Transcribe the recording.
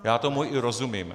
Já tomu i rozumím.